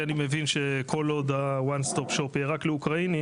כי אני מבין שכל עוד ה-"one stop shop" יהיה רק לאוקראינים,